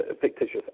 fictitious